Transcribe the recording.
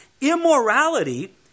immorality